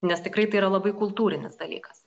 nes tikrai tai yra labai kultūrinis dalykas